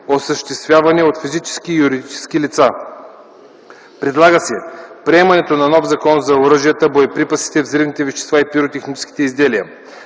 осъществявани от физически и юридически лица. Предлага се приемането на нов закон за оръжията, боеприпасите, взривните вещества и пиротехническите изделия.